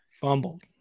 Fumbled